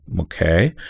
Okay